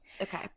okay